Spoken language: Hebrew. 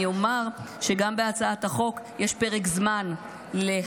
אני אומר שגם בהצעת החוק יש פרק זמן קצוב